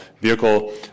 vehicle